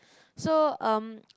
so um